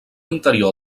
interior